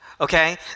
Okay